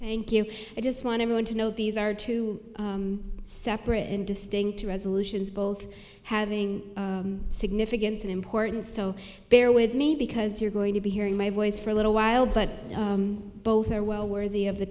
thank you i just want everyone to know these are two separate and distinct resolutions both having significance and importance so bear with me because you're going to be hearing my voice for a little while but both are well worthy of the